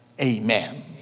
Amen